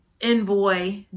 envoy